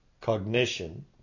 cognition